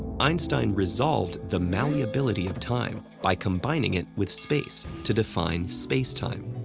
einstein resolved the malleability of time by combining it with space to define space-time,